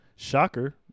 Shocker